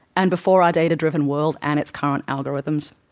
and before our data-driven world and its current algorithms.